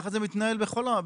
ככה זה מתנהל בכל הרשת.